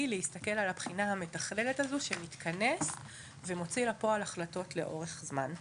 להסתכל על הבחינה המתכללת הזו שמתכנס ומוציא לפועל החלטות לאורך זמן.